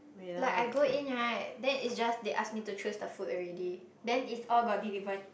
like I go in right then it's just they ask me to choose the food already then it's all got deliver